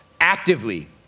actively